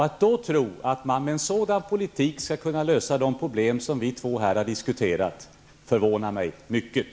Att tro att man med en sådan politik skall kunna lösa de problem som vi två här har diskuterat förvånar mig mycket.